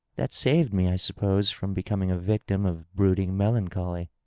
that save me, i suppose, from be coming a victim of brooaiug melancholy.